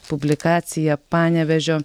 publikacija panevėžio